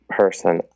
person